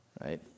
right